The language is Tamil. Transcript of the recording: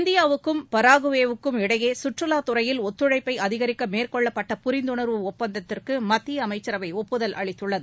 இந்தியாவுக்கு பராகுவேவுக்கும் இடையே கற்றலா துறையில் ஒத்துழைப்பை அதிகரிக்க மேற்கொள்ளப்பட்ட புரிந்துணர்வு ஒப்பந்தத்திற்கு மத்திய அமைச்சரவை ஒப்புதல் அளித்துள்ளது